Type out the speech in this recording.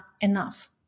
enough